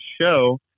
show